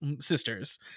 sisters